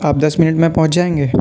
آپ دس منٹ میں پہنچ جائیں گے